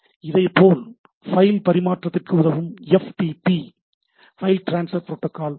இதைப்போல பைல் பரிமாற்றத்திற்கு உதவும் F T P file transfer protocol உள்ளது